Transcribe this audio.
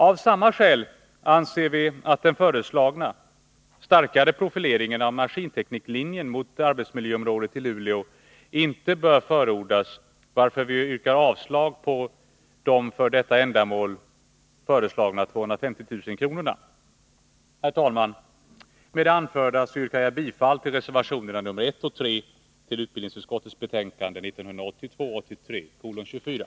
Av samma skäl anser vi att den föreslagna starkare profileringen mot arbetsmiljöområdet av maskintekniklinjen i Luleå inte bör förordas, varför vi yrkar avslag på det för detta ändamål föreslagna anslaget på 250 000 kr. Herr talman! Med det anförda yrkar jag bifall till reservationerna 1 och 3 till utbildningsutskottets betänkande 1982/83:24.